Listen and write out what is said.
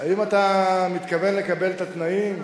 האם אתה מתכוון לקבל את התנאים?